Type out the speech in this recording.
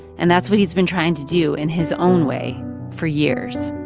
and that's what he's been trying to do in his own way for years.